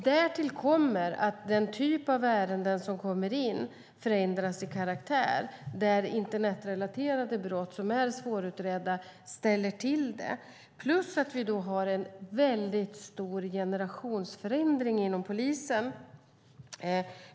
Därtill kommer att den typ av ärenden som kommer in förändras i karaktär, där internetrelaterade brott, som är svårutredda, ställer till det. Dessutom har vi en väldigt stor generationsförändring inom polisen.